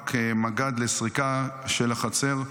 וחפ"ק מג"ד לסריקה של החצר.